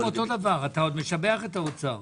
אני מציע שתשבח את האוצר